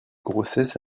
grossesses